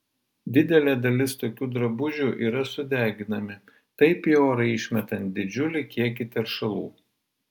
didelė dalis tokių drabužių yra sudeginami taip į orą išmetant didžiulį kiekį teršalų